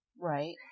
Right